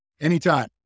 Anytime